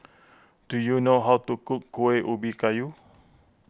do you know how to cook Kueh Ubi Kayu